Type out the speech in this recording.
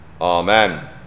Amen